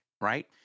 right